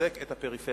לחזק את הפריפריה.